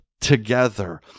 together